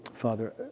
Father